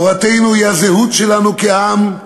תורתנו היא הזהות שלנו כעם,